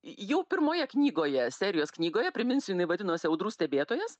jau pirmoje knygoje serijos knygoje priminsiu jinai vadinosi audrų stebėtojas